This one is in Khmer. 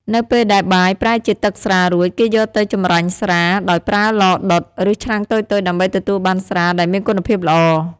នៅពេលដែលបាយប្រែជាទឹកស្រារួច គេយកទៅ ចម្រាញ់ស្រា ដោយប្រើឡដុត ឬឆ្នាំងតូចៗដើម្បីទទួលបានស្រាដែលមានគុណភាពល្អ។